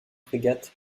frégate